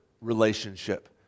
relationship